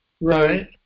Right